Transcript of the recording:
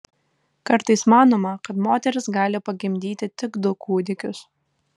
kartais manoma kad moteris gali pagimdyti tik du kūdikius